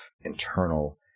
internal